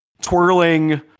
twirling